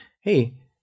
hey